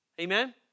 Amen